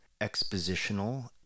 expositional